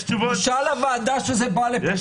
בושה לוועדה שזה בא לפה בכלל.